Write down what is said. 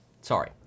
Sorry